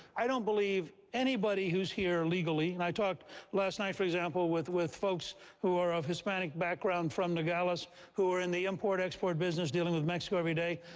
i don't believe anybody who's here illegally and i talked last night, for example, with with folks who are of hispanic background from nogales who are in the import-export business dealing with mexico every day.